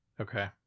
okay